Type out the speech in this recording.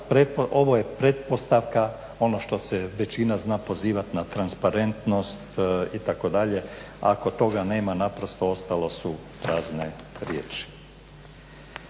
ovo je pretpostavka ono što se većina zna pozivati na transparentnost itd., ako toga nema naprosto ostalo su prazne riječi.